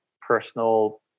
personal